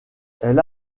elle